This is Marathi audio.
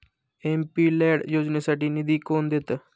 एम.पी लैड योजनेसाठी निधी कोण देतं?